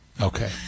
Okay